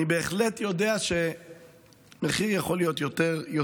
אני בהחלט יודע שמחיר יכול להיות זול.